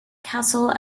castle